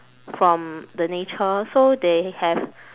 from the nature so they have